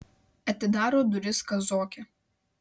atidaro duris kazokė